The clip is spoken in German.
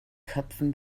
köpfen